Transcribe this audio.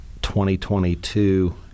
2022